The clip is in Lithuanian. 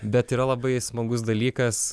bet yra labai smagus dalykas